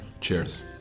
cheers